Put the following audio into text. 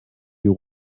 you